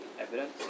evidence